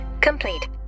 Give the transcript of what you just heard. complete